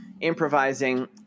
Improvising